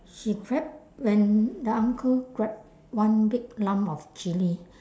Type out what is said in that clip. he prep when the uncle grab one big lump of chilli